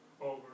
over